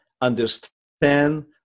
understand